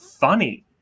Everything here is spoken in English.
funny